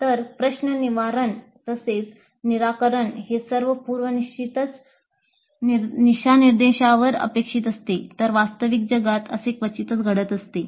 तर प्रश्न निवारण तसेच निराकरण हे सर्व पूर्व निश्चित दिशानिर्देशांवर अपेक्षित असते तर वास्तविक जगात असे क्वचितच घडत असते